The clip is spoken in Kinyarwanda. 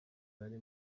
nari